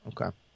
Okay